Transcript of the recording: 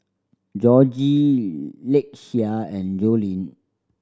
Jorge Lakeshia and Jolene